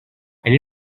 and